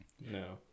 no